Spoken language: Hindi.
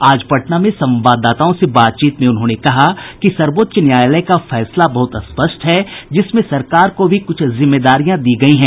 आज पटना में संवाददाताओं से बातचीत में उन्होंने कहा कि सर्वोच्च न्यायालय का फैसला बहुत स्पष्ट है जिसमें सरकार को भी कुछ जिम्मेदारियां दी गयी हैं